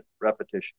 repetition